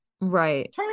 Right